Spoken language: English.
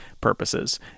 purposes